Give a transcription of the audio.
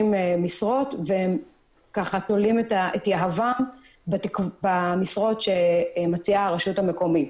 משרות והם תולים את יהבם במשרות שמציעה הרשות המקומית.